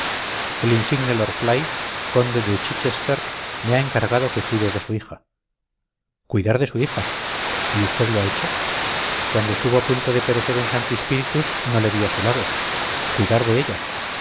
el insigne lord fly conde de chichester me ha encargado que cuide de su hija cuidar de su hija y usted lo ha hecho cuando estuvo a punto de perecer en santi spíritus no le vi a su lado cuidar de ella